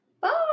Bye